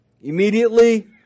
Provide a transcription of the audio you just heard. Immediately